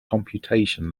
computation